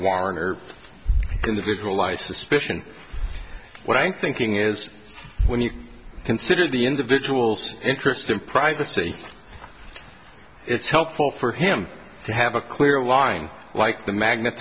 warriner individualized suspicion what i'm thinking is when you consider the individual's interest in privacy it's helpful for him to have a clear line like the magnet